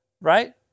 right